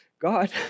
God